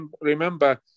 remember